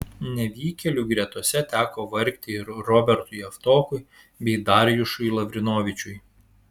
nevykėlių gretose teko vargti ir robertui javtokui bei darjušui lavrinovičiui